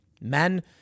Men